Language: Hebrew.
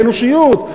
באנושיות,